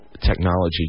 technology